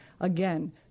again